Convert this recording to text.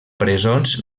presons